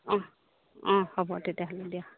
অঁ অঁ হ'ব তেতিয়াহ'লে দিয়া